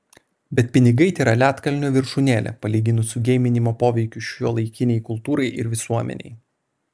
bet pinigai tėra ledkalnio viršūnėlė palyginus su geiminimo poveikiu šiuolaikinei kultūrai ir visuomenei